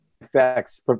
effects